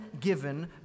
given